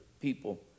people